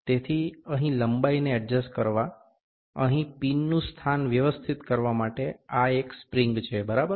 તેથી અહીં લંબાઈને એડજસ્ટ કરવા અહીં પિનનું સ્થાન વ્યવસ્થિત કરવા માટે આ એક સ્પ્રિંગ છે બરાબર